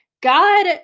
God